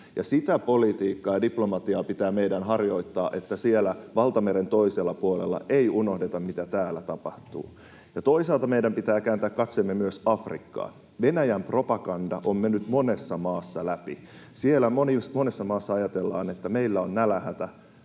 Sitä politiikkaa ja diplomatiaa pitää meidän harjoittaa, että valtameren toisella puolella ei unohdeta, mitä täällä tapahtuu. Toisaalta meidän pitää kääntää katseemme myös Afrikkaan. Venäjän propaganda on mennyt monessa maassa läpi. Siellä monessa maassa ajatellaan, että meillä on nälänhätä,